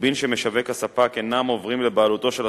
הטובין שמשווק הספק אינם עוברים לבעלותו של הסוכן,